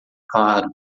claro